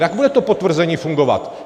Jak bude to potvrzení fungovat?